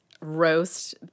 roast